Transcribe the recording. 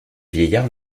vieillard